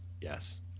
yes